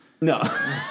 No